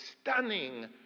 stunning